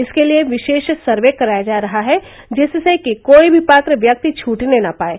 इसके लिये विशेष सर्वे कराया जा रहा है जिससे कि कोई भी पात्र व्यक्ति छूटने न पाये